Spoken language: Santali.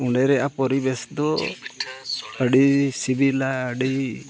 ᱚᱸᱰᱮ ᱨᱮᱭᱟᱜ ᱯᱚᱨᱤᱵᱮᱥ ᱫᱚ ᱟᱹᱰᱤ ᱥᱤᱵᱤᱞᱟ ᱟᱹᱰᱤ